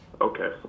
Okay